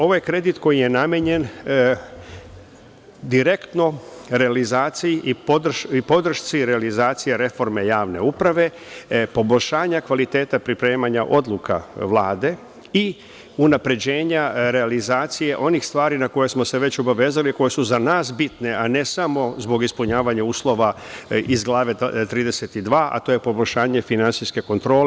Ovo je kredit koji je namenjen direktno realizaciji i podršci realizacije reforme Javne uprave, poboljšanja kvaliteta pripremanja odluke Vlade i unapređenja realizacije onih stvari na koje smo se već obavezali, koje su za nas bitne, a ne samo zbog ispunjavanja uslova iz Glave 32, a to je poboljšanje finansijske kontrole.